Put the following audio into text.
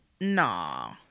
nah